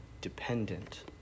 dependent